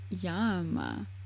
Yum